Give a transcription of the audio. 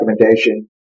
recommendation